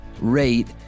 rate